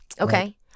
Okay